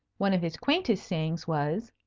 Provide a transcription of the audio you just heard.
one of his quaintest sayings was,